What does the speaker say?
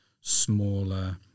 smaller